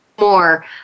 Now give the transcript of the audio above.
more